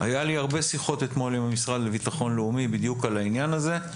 היה לי הרבה שיחות אתמול עם המשרד לביטחון לאומי בדיוק על העניין הזה.